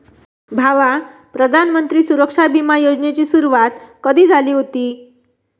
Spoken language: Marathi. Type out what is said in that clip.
भावा, प्रधानमंत्री सुरक्षा बिमा योजनेची सुरुवात कधी झाली हुती